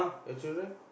your children